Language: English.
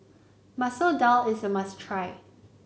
Masoor Dal is a must try